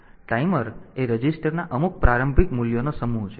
તેથી ટાઈમર એ રજીસ્ટરના અમુક પ્રારંભિક મૂલ્યનો સમૂહ છે